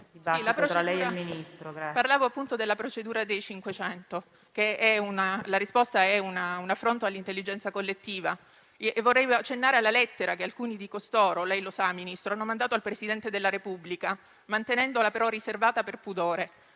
parlavo della procedura dei 500. La risposta è un affronto all'intelligenza collettiva e vorrei accennare alla lettera che alcuni di costoro - come sa, signor Ministro - hanno mandato al Presidente della Repubblica, mantenendola però riservata, per pudore,